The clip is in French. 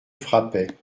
frappait